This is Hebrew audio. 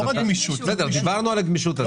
דיברנו על הגמישות.